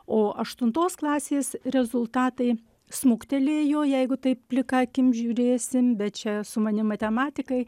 o aštuntos klasės rezultatai smuktelėjo jeigu taip plika akim žiūrėsim bet čia su manim matematikai